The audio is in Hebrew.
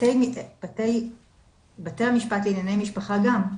בתי המשפט לענייני משפחה גם,